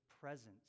presence